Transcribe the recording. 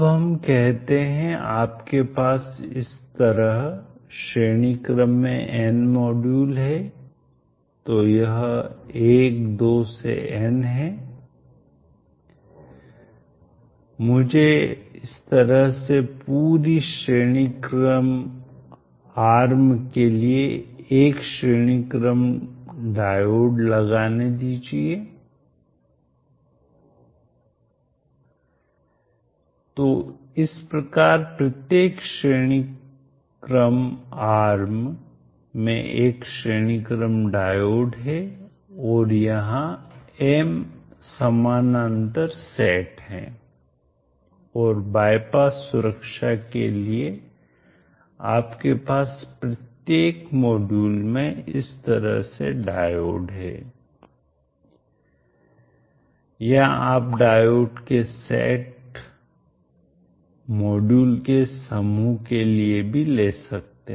अब हम कहते हैं आपके पास इस तरह श्रेणी क्रम में n मॉड्यूल हैं तो यह 1 2 से n है मुझे इस तरह से पूरी श्रेणी क्रम आर्म के लिए एक श्रेणी क्रम डायोड लगाने दीजिए तो इस प्रकार प्रत्येक श्रेणी क्रम आर्म में एक श्रेणी क्रम डायोड है और यहां m समानांतर सेट हैं और बाईपास सुरक्षा के लिए आपके पास प्रत्येक मॉड्यूल में इस तरह से डायोड हैं या आप डायोड के सेट मॉड्यूल के समूह के लिए भी ले सकते हैं